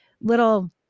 little